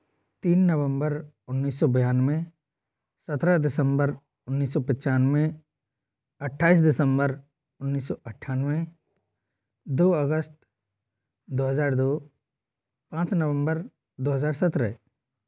तीन नवम्बर उन्नीस सौ बयानबे सत्रह दिसम्बर उन्नीस सौ पंचानबे अट्ठाईस दिसम्बर उन्नीस सौ अट्ठानवे दो अगस्त दो हजार दो पाँच नवम्बर दो हजार सत्रह